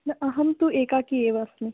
न अहं तु एकाकि एव अस्मि